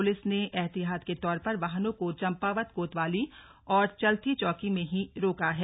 police ने एहतियात के तौर पर वाहनों को चम्पावत कोतवाली और चल्थी चौकी में ही रोका है